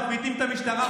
מפריטים את המשטרה,